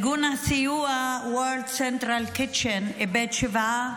ארגון הסיוע World Central Kitchen איבד שבעה